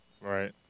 Right